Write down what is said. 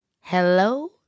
Hello